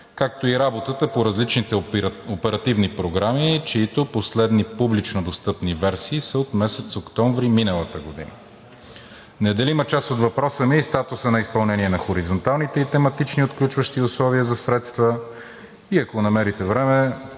както и работата по различните оперативни програми, чиито последни публично достъпни версии са от месец октомври миналата година? Неделима част от въпроса ми е и статусът на изпълнение на хоризонталните и тематични отключващи условия за средства. Ако намерите време,